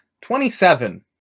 Twenty-seven